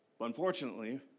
Unfortunately